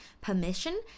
Permission